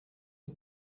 y’u